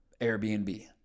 Airbnb